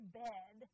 bed